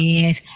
Yes